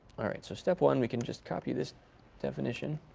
all right, so step one, we can just copy this definition.